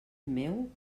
meu